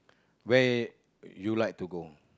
where you like to go